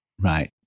right